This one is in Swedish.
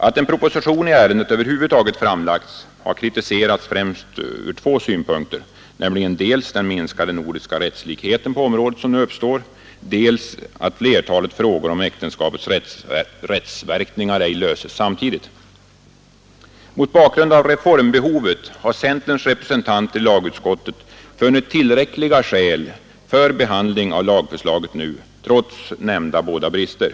Att en proposition i ärendet över huvud taget framlagts har kritiserats främst ur två synpunkter, nämligen dels den minskade nordiska rättslikhet på området som nu uppstår, dels att flertalet frågor om äktenskapets rättsverkningar ej löses samtidigt. Mot bakgrund av reformbehovet har centerns representanter i lagutskottet funnit tillräckliga skäl för behandling av lagförslaget nu, trots nämnda båda brister.